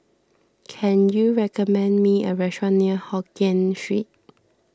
can you recommend me a restaurant near Hokien Street